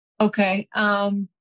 Okay